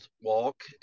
walk